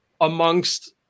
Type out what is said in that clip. amongst –